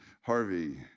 Harvey